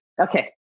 Okay